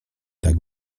tak